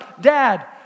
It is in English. dad